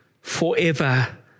Forever